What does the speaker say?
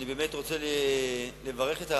אני באמת רוצה לברך את המציעים.